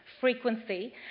frequency